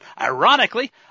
ironically